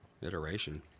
Iteration